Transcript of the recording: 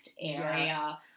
area